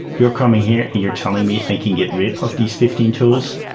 you're coming here and you're telling me i can get rid of these fifteen tools?